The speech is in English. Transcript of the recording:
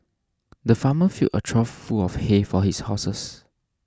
the farmer filled a trough full of hay for his horses